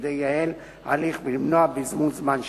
כדי לייעל את ההליך ולמנוע בזבוז זמן שיפוטי.